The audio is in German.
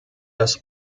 das